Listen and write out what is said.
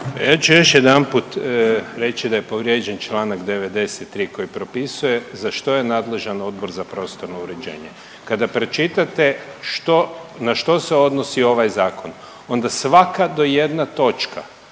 Ja ću još jedanput reći da je povrijeđen čl. 93. koji propisuje za što je nadležan Odbor za prostorno uređenje. Kada pročitate što, na što se odnosi ovaj zakon onda svaka do jedna točka